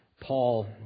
Paul